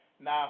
Now